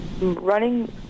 running